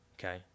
okay